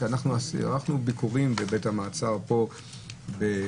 אנחנו ערכנו ביקורים בבית המעצר בירושלים.